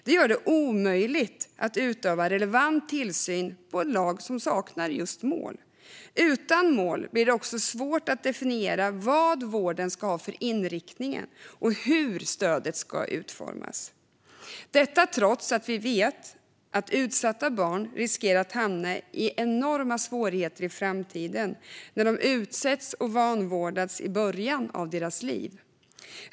Det blir omöjligt att utöva relevant tillsyn när lagen saknar mål. Utan mål blir det också svårt att definiera vad vården ska ha för inriktning och hur stödet ska utformas. Vi vet att utsatta barn riskerar att hamna i enorma svårigheter i framtiden när de utsätts och vanvårdas i början av livet.